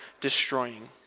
destroying